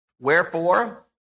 Wherefore